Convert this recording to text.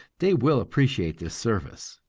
they will appreciate this service.